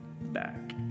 back